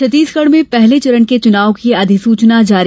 छत्तीसगढ़ में पहले चरण के चुनाव की अधिसूचना जारी